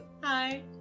Hi